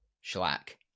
shellac